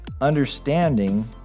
understanding